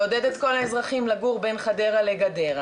לעודד את כל האזרחים לגור בין חדרה לגדרה.